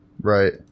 Right